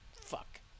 Fuck